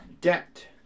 debt